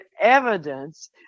evidence